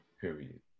Period